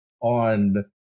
on